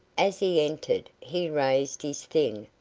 as he entered he raised his thin,